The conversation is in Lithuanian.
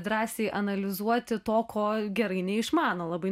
drąsiai analizuoti to ko gerai neišmano labai